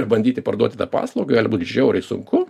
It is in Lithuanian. ir bandyti parduoti tą paslaugą gali būt žiauriai sunku